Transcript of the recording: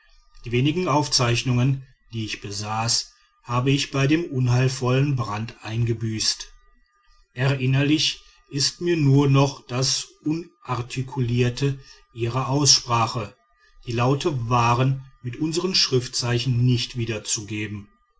die wenigen aufzeichnungen die ich besaß habe ich bei dem unheilvollen brand eingebüßt erinnerlich ist mir nur noch das unartikulierte ihrer aussprache die laute waren mit unsern schriftzeichen nicht wiederzugeben